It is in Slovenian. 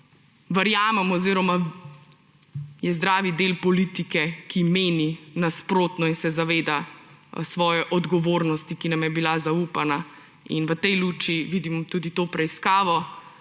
verjamem oziroma je zdravi del politike, ki meni nasprotno in se zaveda svoje odgovornosti, ki nam je bila zaupana. In v tej luči vidim tudi to preiskavo